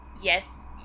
yes